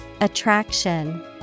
Attraction